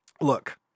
look